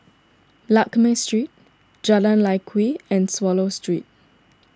Lakme Street Jalan Lye Kwee and Swallow Street